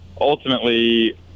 ultimately